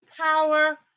power